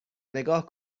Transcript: نگاه